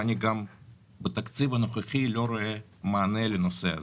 וגם בתקציב הנוכחי אני לא רואה מענה לנושא הזה.